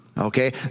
Okay